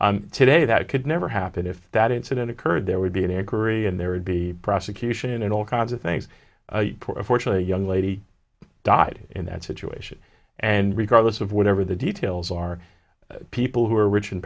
vineyard today that could never happen if that incident occurred there would be an angry and there would be prosecution and all kinds of things fortunately a young lady died in that situation and regardless of whatever the details are people who are rich and